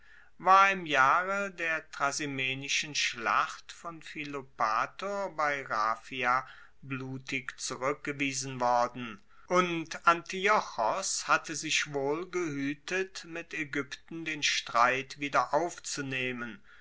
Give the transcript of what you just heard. war im jahre der trasimenischen schlacht von philopator bei raphia blutig zurueckgewiesen worden und antiochos hatte sich wohl gehuetet mit aegypten den streit